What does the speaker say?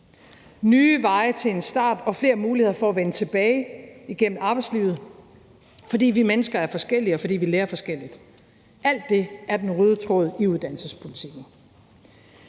nye veje til en start og flere muligheder for at vende tilbage til uddannelse igennem arbejdslivet, fordi vi mennesker er forskellige, og fordi vi lærer forskelligt. Alt det er den røde tråd i uddannelsespolitikken.